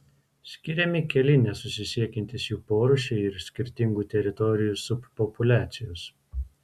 skiriami keli nesusisiekiantys jų porūšiai ir skirtingų teritorijų subpopuliacijos